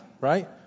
right